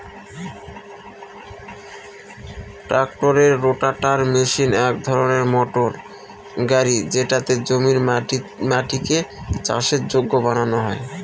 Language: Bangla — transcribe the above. ট্রাক্টরের রোটাটার মেশিন এক ধরনের মোটর গাড়ি যেটাতে জমির মাটিকে চাষের যোগ্য বানানো হয়